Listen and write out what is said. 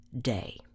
day